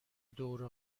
دوره